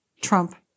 Trump